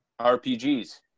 rpgs